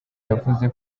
yavuze